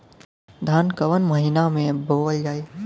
धान कवन महिना में बोवल जाई?